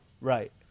Right